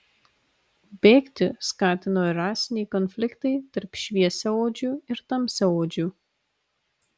bėgti skatino ir rasiniai konfliktai tarp šviesiaodžių ir tamsiaodžių